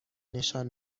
نشان